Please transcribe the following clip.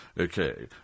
okay